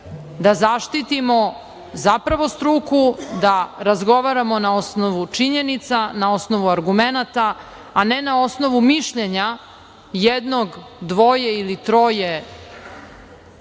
da zaštitimo zapravo struku, da razgovaramo na osnovu činjenica, na osnovu argumenata, a ne na osnovu mišljenja jednog, dvoje ili troje